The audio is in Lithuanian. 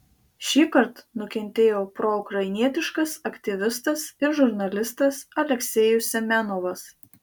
šįkart nukentėjo proukrainietiškas aktyvistas ir žurnalistas aleksejus semenovas